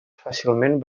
fàcilment